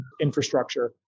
infrastructure